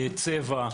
צבע,